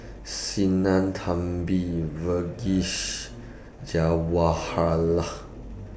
Sinnathamby Verghese Jawaharlal